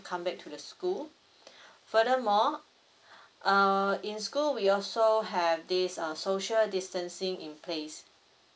come back to the school furthermore err in school we also have this uh social distancing in place